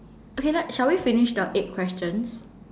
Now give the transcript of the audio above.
okay like shall we finish the eight questions